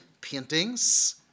paintings